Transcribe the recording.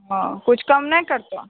हँ किछु कम नहि करतऽ